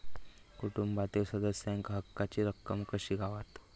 कुटुंबातील सदस्यांका हक्काची रक्कम कशी गावात?